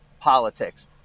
politics